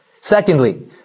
Secondly